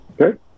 Okay